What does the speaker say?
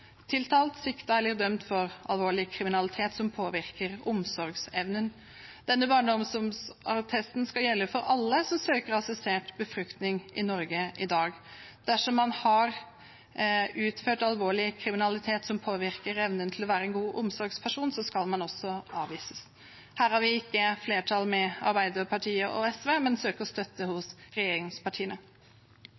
tiltalt, siktet eller dømt for alvorlig kriminalitet som påvirker omsorgsevnen. Denne barneomsorgsattesten skal gjelde for alle som søker om assistert befruktning i Norge i dag. Dersom man har utført alvorlig kriminalitet som påvirker evnen til å være en god omsorgsperson, skal man også avvises. Her har vi ikke flertall med Arbeiderpartiet og Senterpartiet, men søker støtte